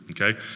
okay